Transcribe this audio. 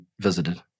visited